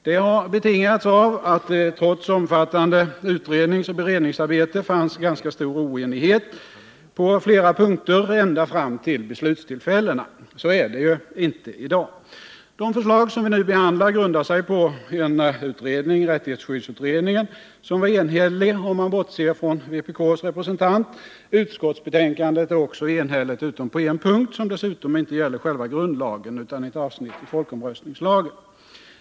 Det har betingats av att det trots omfattande utredningsoch beredningsarbete fanns ganska stor oenighet på flera punkter ända fram till beslutstillfällena. Så är det inte i dag. De förslag som vi nu behandlar grundar sig på en utredning — rättighetsskyddsutredningen —som var enhällig om man bortser från vpk:s representant. Utskottsbetänkandet är också enhälligt utom på en punkt, som dessutom inte gäller själva grundlagen utan ett avsnitt i folkomröstningslagen.